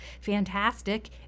fantastic